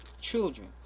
children